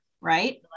Right